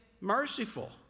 merciful